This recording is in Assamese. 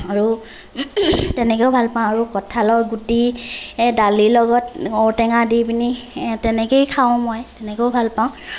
আৰু তেনেকেও ভালপাওঁ আৰু কঁঠালৰ গুটি দালিৰ লগত ঔটেঙা দি পিনি তেনেকেই খাওঁ মই তেনেকেও ভালপাওঁ